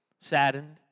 saddened